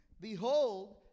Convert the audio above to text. Behold